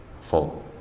full